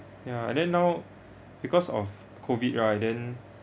ya and then now because of COVID right then